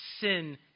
sin